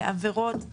בעבירות.